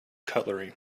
cutlery